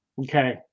Okay